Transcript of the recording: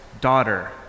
daughter